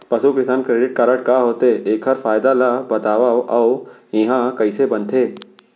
पसु किसान credit card का होथे, एखर फायदा ला बतावव अऊ एहा कइसे बनथे?